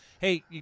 Hey